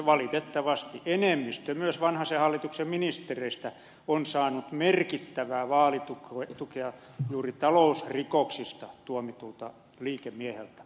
valitettavasti enemmistö myös vanhasen hallituksen ministereistä on saanut merkittävää vaalitukea juuri talousrikoksista tuomitulta liikemieheltä